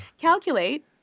calculate